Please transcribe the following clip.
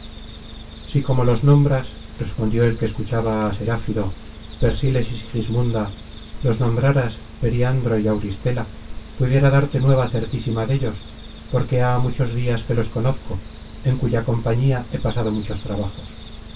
si como los nombras respondió el que escuchaba á seráfido persiles y sigismunda los nombraras periandro y auristela pudiera darte nueva certísima dellos porque há muchos dias que los conozco en cuya compañía he pasado muchos trabajos